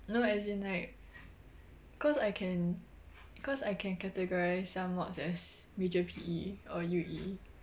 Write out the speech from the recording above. no as in like cause I can cause I can categorise some mods as major P_E or U_E